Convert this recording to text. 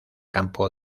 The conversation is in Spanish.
campo